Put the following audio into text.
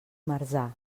marzà